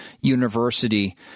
University